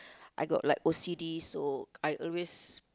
I got like O_C_D so I always